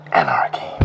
anarchy